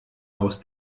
aus